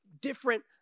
different